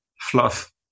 fluff